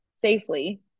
safely